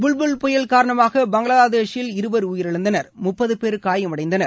புவ்புல் புயல் காரணமாக பங்களாதேஷில் இருவர் உயிரிழந்தனர் முப்பது பேர் காயமடைந்தனர்